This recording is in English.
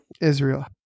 Israel